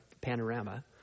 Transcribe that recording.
panorama